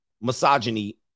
Misogyny